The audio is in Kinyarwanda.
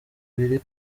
ibiri